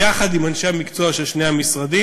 יחד עם אנשי המקצוע של שני המשרדים,